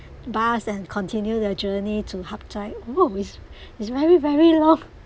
bus and continue the journey to hup chai !woo! is is very very long